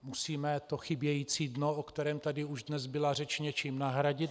Musíme to chybějící dno, o kterém tady už dnes byla řeč, něčím nahradit.